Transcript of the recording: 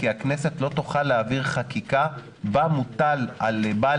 כי הכנסת לא תוכל להעביר חקיקה בה מוטל על בעל